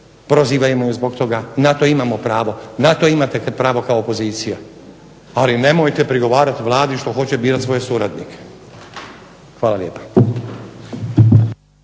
prizivajmo ih zbog toga na to imamo pravo, na to imate pravo kao opozicija, ali nemojte prigovarati Vladi što hoće birati svoje suradnike. Hvala lijepa.